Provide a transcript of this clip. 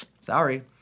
sorry